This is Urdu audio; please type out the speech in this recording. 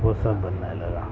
وہ سب بننے لگا